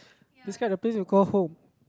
describe the place you call home